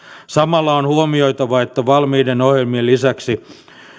samalla on huomioitava että valmiiden ohjelmien lisäksi